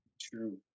True